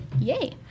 yay